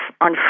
on